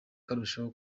karushaho